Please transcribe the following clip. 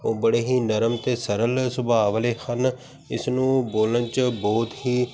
ਉਹ ਬੜੇ ਹੀ ਨਰਮ ਅਤੇ ਸਰਲ ਸੁਭਾਅ ਵਾਲੇ ਹਨ ਇਸਨੂੰ ਬੋਲਣ 'ਚ ਬਹੁਤ ਹੀ